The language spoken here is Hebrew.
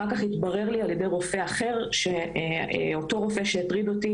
אחר כך התברר לי על ידי רופא אחר שאותו רופא שהטריד אותי